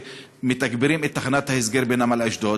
שמתגברים את תחנת ההסגר בנמל אשדוד.